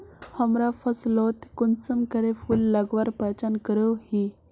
हमरा फसलोत कुंसम करे फूल लगवार पहचान करो ही?